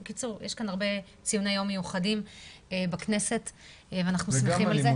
בקיצור יש כאן הרבה ציוני יום מיוחדים בכנסת ואנחנו שמחים על זה.